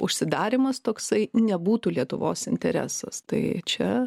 užsidarymas toksai nebūtų lietuvos interesas tai čia